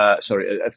sorry